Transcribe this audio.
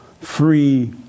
free